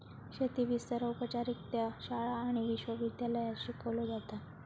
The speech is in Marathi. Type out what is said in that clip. शेती विस्तार औपचारिकरित्या शाळा आणि विश्व विद्यालयांत शिकवलो जाता